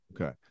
Okay